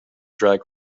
drag